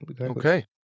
Okay